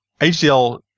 HDL